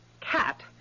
cat